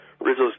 Rizzo's